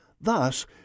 Thus